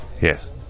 Yes